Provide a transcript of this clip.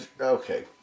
okay